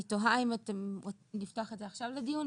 אני תוהה אם נפתח את זה עכשיו לדיון.